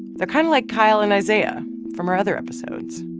they're kind of like kyle and isaiah from our other episodes.